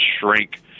shrink